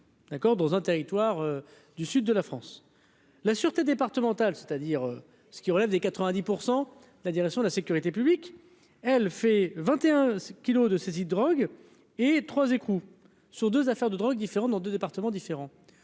dans un territoire du sud de la France, la Sûreté départementale, c'est-à-dire ce qui relève des 90 % la direction de la sécurité publique, elle fait vingt-et-un kilos de saisie de drogue et 3 écrous sur 2 affaires de drogue différentes dans 2 départements différents,